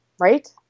Right